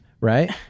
Right